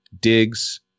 digs